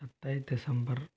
सत्ताईस दिसम्बर